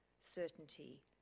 certainty